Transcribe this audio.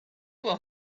will